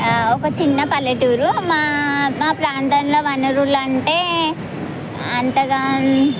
ఒక చిన్న పల్లెటూరు మా మా ప్రాంతంలో వనరులు అంటే అంతగా